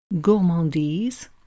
gourmandise